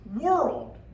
world